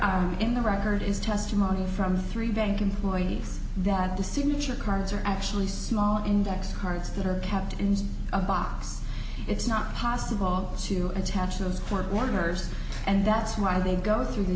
are in the record is testimony from the three bank employees that the signature cards are actually small index cards that are kept in a box it's not possible to attach those for one nurse and that's why they go through the